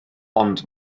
ond